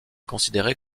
considérée